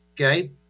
Okay